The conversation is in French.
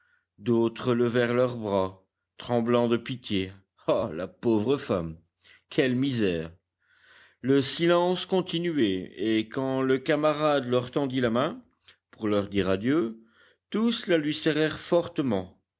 d'autres levèrent leurs bras tremblants de pitié ah la pauvre femme quelle misère le silence continuait et quand le camarade leur tendit la main pour leur dire adieu tous la lui serrèrent fortement